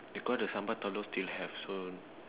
because the sambal telur still have so